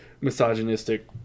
misogynistic